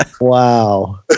Wow